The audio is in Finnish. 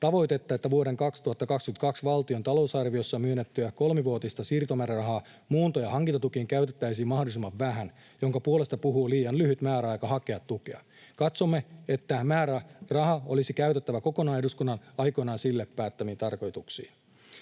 tavoitetta, että vuoden 2022 valtion talousarviossa myönnettyä kolmivuotista siirtomäärärahaa muunto- ja hankintatukiin käytettäisiin mahdollisimman vähän, jonka puolesta puhuu liian lyhyt määräaika hakea tukea. Katsomme, että määräraha olisi käytettävä kokonaan eduskunnan aikoinaan sille päättämiin tarkoituksiin.